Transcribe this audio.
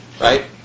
right